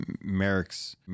Merrick's